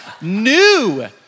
new